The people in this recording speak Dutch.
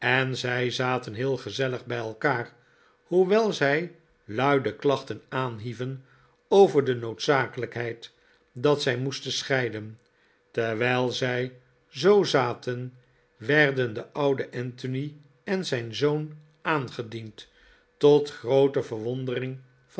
zij zaten heel gezellig bij elkaar hoewel zij luide klachten aanhieven over de noodzakelijkheid dat zij moesten scheiden terwijl zij zoo zaten werden de oude anthony en zijn zoon aangediend tot groote verwondering